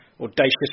audacious